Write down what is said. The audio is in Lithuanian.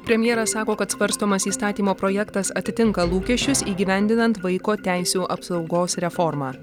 premjeras sako kad svarstomas įstatymo projektas atitinka lūkesčius įgyvendinant vaiko teisių apsaugos reformą